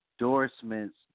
endorsements